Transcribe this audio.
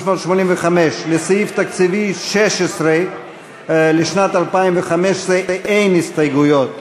לסעיף תקציבי 16 לשנת 2015 אין הסתייגויות.